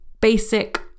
basic